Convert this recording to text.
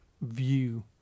view